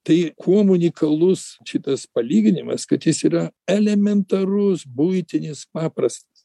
tai kuom unikalus šitas palyginimas kad jis yra elementarus buitinis paprastas